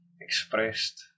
expressed